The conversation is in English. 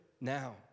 now